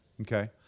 Okay